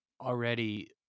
already